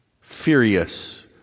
furious